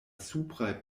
supraj